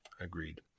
Agreed